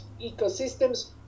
ecosystems